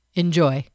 enjoy